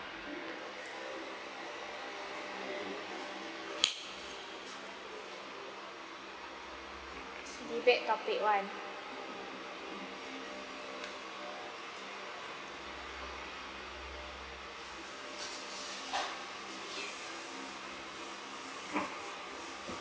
debate topic one